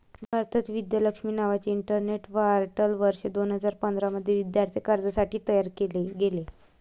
भारतात, विद्या लक्ष्मी नावाचे internet portal वर्ष दोन हजार पंधरा मध्ये विद्यार्थी कर्जासाठी तयार केले गेले